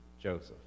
Joseph